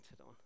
on